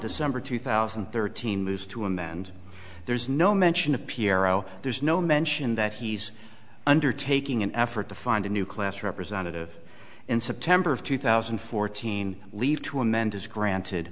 december two thousand and thirteen moves to amend there's no mention of piero there's no mention that he's undertaking an effort to find a new class representative in september of two thousand and fourteen leave to amend is granted